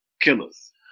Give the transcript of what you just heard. killers